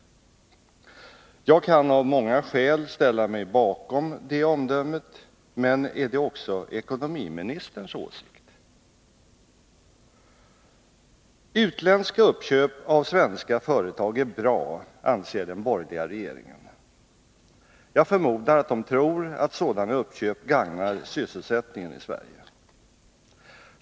Jag kan av många skäl ställa mig bakom det omdömet, men är det också ekonomiministerns åsikt? Utländska uppköp av svenska företag är bra, anser den borgerliga regeringen. Jag förmodar att den tror att sådana uppköp gynnar sysselsättningen i Sverige.